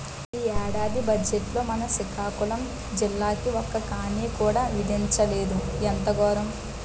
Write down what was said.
ఈ ఏడాది బజ్జెట్లో మన సికాకులం జిల్లాకి ఒక్క కానీ కూడా విదిలించలేదు ఎంత గోరము